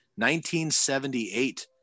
1978